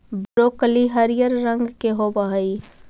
broccoli हरियर रंग के होब हई